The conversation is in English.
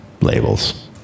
labels